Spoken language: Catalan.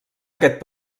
aquest